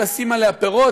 לשים עליה פירות,